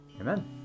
Amen